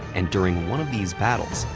and during one of these battles,